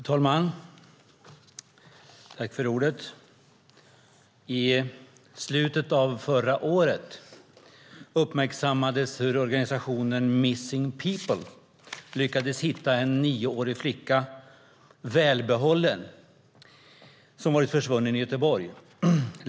Fru talman! I slutet av förra året uppmärksammades hur organisationen Missing People lyckades hitta en nioårig flicka som hade varit försvunnen i Göteborg välbehållen.